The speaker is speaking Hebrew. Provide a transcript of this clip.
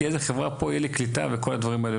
כי באיזה חברה פה יהיה לי קליטה וכל הדברים האלה.